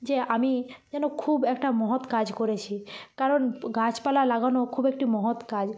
যে আমি যেন খুব একটা মহৎ কাজ করেছি কারণ গাছপালা লাগানো খুব একটি মহৎ কাজ